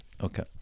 Okay